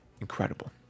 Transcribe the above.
incredible